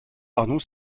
arnoux